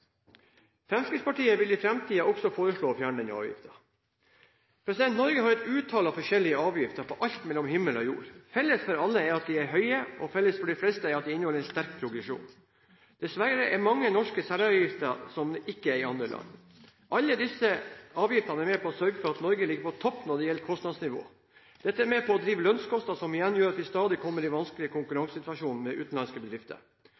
Fremskrittspartiet vil i framtiden også foreslå å fjerne denne avgiften. Norge har et utall av forskjellige avgifter på alt mellom himmel og jord. Felles for alle er at de er høye, og felles for de fleste er at de inneholder en sterk progresjon. Dessverre er det mange norske særavgifter som ikke finnes i andre land. Alle disse avgiftene er med på å sørge for at Norge ligger på topp når det gjelder kostnadsnivå. Det er med på å drive lønnskostnadene, som igjen gjør at vi stadig kommer i en vanskeligere konkurransesituasjon med utenlandske bedrifter,